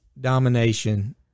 domination